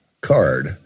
card